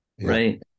right